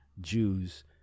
Jews